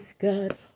god